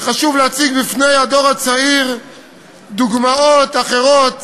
וחשוב להציג בפני הדור הצעיר דוגמאות אחרות,